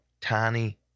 tiny